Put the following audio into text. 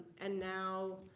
and now,